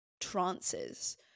trances